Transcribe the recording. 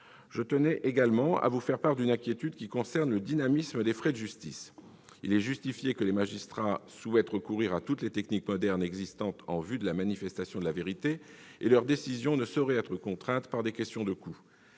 je tiens également à vous faire part d'une inquiétude concernant le dynamisme des frais de justice. Il est justifié que les magistrats souhaitent recourir à toutes les techniques modernes existantes en vue de la manifestation de la vérité et leurs décisions ne sauraient être contraintes par des questions de coûts.